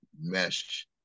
mesh